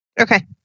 okay